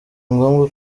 ngombwa